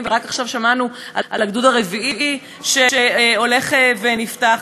ורק עכשיו שמענו על הגדוד הרביעי שהולך ונפתח,